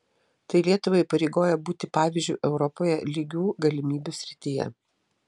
tai lietuvą įpareigoja būti pavyzdžiu europoje lygių galimybių srityje